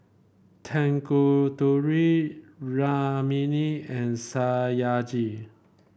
Tanguturi Rukmini and Satyajit